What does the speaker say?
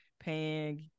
paying